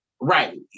right